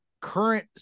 current